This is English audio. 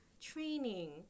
training